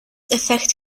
effect